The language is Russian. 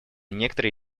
некоторые